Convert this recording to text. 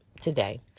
today